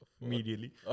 immediately